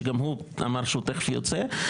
שגם הוא אמר שהוא תכף יוצא.